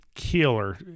killer